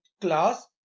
class